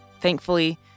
Thankfully